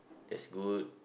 that's good